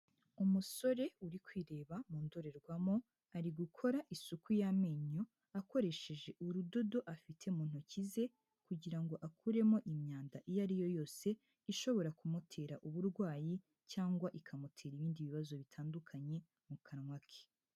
Umusore uri kureba mu ndorerwamo ari gukora isuku y'amenyo akoresheje urudodo afite mu ntoki ze, kugira ngo akuremo imyanda iyo ari yo yose ishobora kumutera uburwayi cyangwa ikamutera ibindi bibazo bitandukanye mu kanwa ke.